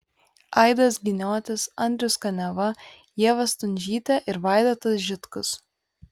aidas giniotis andrius kaniava ieva stundžytė ir vaidotas žitkus